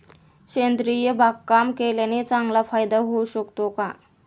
सेंद्रिय बागकाम केल्याने चांगला फायदा होऊ शकतो का?